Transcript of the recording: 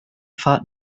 fahrt